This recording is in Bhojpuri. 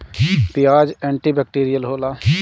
पियाज एंटी बैक्टीरियल होला